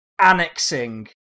annexing